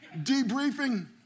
debriefing